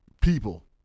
people